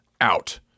out